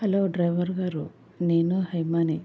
hello driver గారు నేను హైమాని